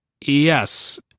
Yes